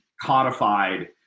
codified